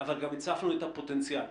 אבל הצפנו את הפוטנציאל.